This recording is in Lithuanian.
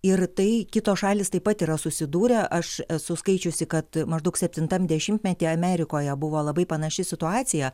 ir tai kitos šalys taip pat yra susidūrę aš esu skaičiusi kad maždaug septintam dešimtmetyje amerikoje buvo labai panaši situacija